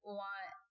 want